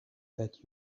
that